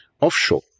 offshore